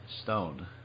Stone